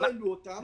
לא העלו אותן.